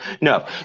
No